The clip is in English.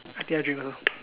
I take a drink first